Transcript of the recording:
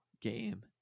game